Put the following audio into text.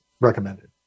recommended